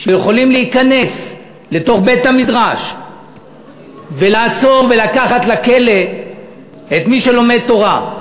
שיכולים להיכנס לתוך בית-המדרש ולעצור ולקחת לכלא את מי שלומד תורה.